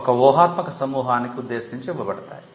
ఒక ఊహాత్మక సమూహానికి ఉద్దేశించి ఇవ్వబడతాయి